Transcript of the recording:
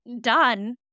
done